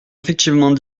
effectivement